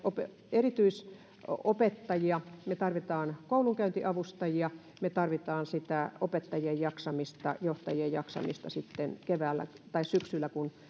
erityisopettajia me tarvitsemme koulunkäyntiavustajia me tarvitsemme sitä opettajien jaksamista johtajien jaksamista sitten keväällä tai syksyllä kun